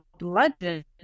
legend